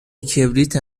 کبریت